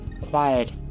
quiet